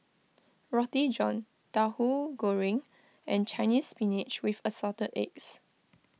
Roti John Tahu Goreng and Chinese Spinach with Assorted Eggs